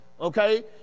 okay